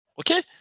Okay